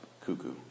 cuckoo